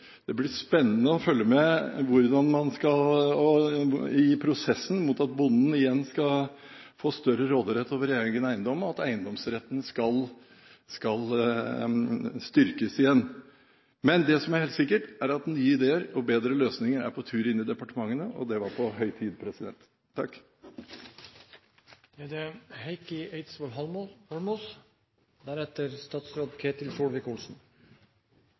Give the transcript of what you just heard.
Det blir spennende å følge med i prosessen mot at bonden igjen skal få større råderett over egen eiendom, og at eiendomsretten skal styrkes igjen. Men det som er helt sikkert, er at nye ideer og bedre løsninger er på tur inn i departementene. Det var på høy tid.